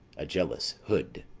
a jealous hood!